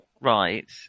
Right